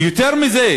ויותר מזה,